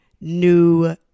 new